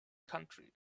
country